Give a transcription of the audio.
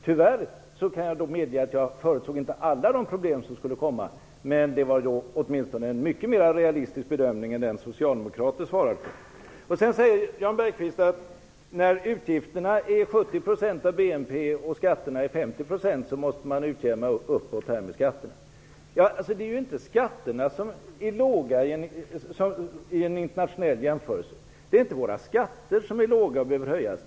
Tyvärr kan jag medge att jag inte förutsåg alla de problem som skulle komma. Men det var en mycket mera realistisk bedömning än den socialdemokraterna svarade för. Jan Bergqvist säger att när utgifterna är 70 % av BNP och skatterna 50 % måste man utjämna uppåt med skatterna. Det är inte skatterna som är låga i en internationell jämförelse. Det är inte våra skatter som är låga och behöver höjas.